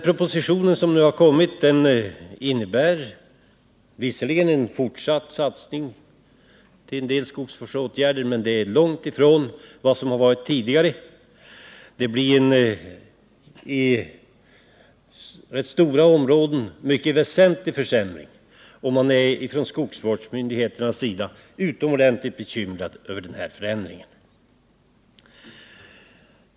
Propositionen innehåller visserligen en fortsatt satsning på en del skogsvårdsåtgärder, men det är långt ifrån vad som förekommit tidigare. Det blir en i rätt stora områden mycket väsentlig försämring, och skogsvårdsmyndigheterna är utomordentligt bekymrade över denna förändring.